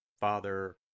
Father